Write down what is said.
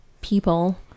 people